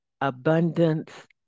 abundance